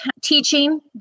Teaching